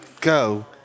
go